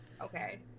Okay